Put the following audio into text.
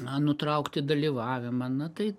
na nutraukti dalyvavimą na tai